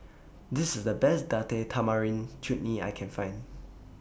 This IS The Best Date Tamarind Chutney that I Can Find